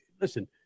listen